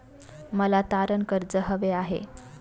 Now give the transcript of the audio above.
मला तारण कर्ज हवे आहे